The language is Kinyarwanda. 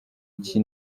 iki